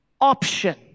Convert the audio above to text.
option